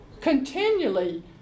continually